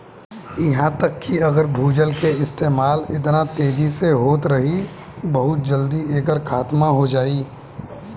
इहा तक कि अगर भूजल के इस्तेमाल एतना तेजी से होत रही बहुत जल्दी एकर खात्मा हो जाई